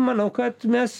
manau kad mes